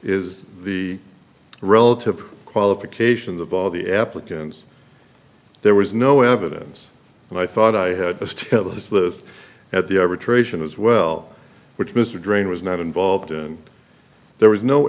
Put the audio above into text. is the relative qualifications of all the applicants there was no evidence and i thought i had to tell us this at the ivory trade as well which mr drain was not involved and there was no